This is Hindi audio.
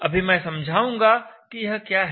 अभी मैं समझाऊँगा कि यह क्या है